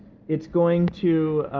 it's going to,